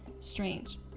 strange